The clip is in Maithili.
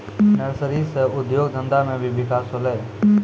नर्सरी से उद्योग धंधा मे भी बिकास होलै